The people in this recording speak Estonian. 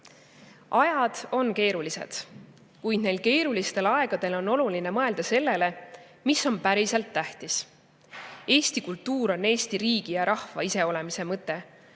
Ajad on keerulised, kuid neil keerulistel aegadel on oluline mõelda sellele, mis on päriselt tähtis. Eesti kultuur on Eesti riigi ja rahva iseolemise mõte.